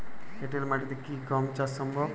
এঁটেল মাটিতে কি গম চাষ সম্ভব?